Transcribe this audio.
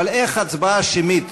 אבל איך הצבעה שמית